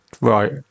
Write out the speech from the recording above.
Right